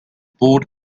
board